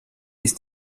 ist